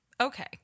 Okay